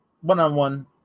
one-on-one